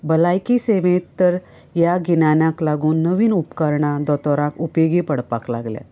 भलायकी सेवेंत तर ह्या गिन्यानाक लागून नवीन उपकरणां दोतोराक उपेगी पडपाक लागल्यात